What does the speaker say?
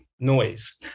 Noise